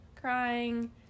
crying